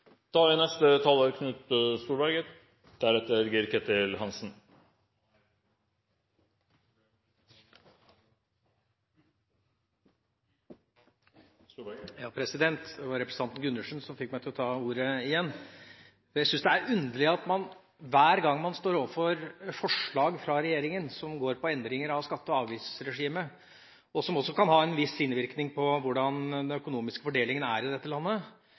Da trenger vi en finansminister som oppklarer. Det var representanten Gundersen som fikk meg til igjen å ta ordet. Jeg syns det er underlig at når man står overfor forslag fra regjeringa om endringer av skatte- og avgiftsregimet som også kan ha en viss innvirkning på den økonomiske fordelingen i dette landet,